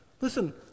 listen